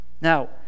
Now